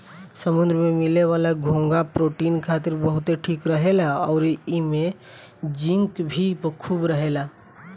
समुंद्र में मिले वाला घोंघा प्रोटीन खातिर बहुते ठीक रहेला अउरी एइमे जिंक भी खूब रहेला